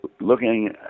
looking